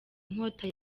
inkota